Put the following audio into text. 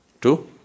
Two